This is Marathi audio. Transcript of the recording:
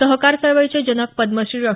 सहकार चळवळीचे जनक पद्मश्री डॉ